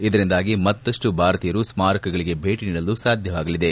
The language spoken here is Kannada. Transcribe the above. ಇದರಿಂದಾಗಿ ಮತ್ತಷ್ಟು ಭಾರತೀಯರು ಸ್ಮಾರಕಗಳಿಗೆ ಭೇಟಿ ನೀಡಲು ಸಾಧ್ಯವಾಗಲಿದೆ